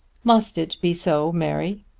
must it be so, mary?